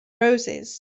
roses